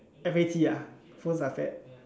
F A T ah phones are fat